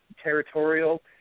territorial